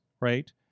Right